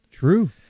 True